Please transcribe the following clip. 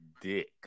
dick